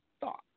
thought